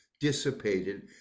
dissipated